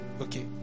Okay